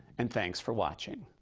and thanks for watching.